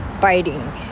biting